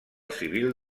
civil